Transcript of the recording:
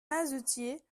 mazetier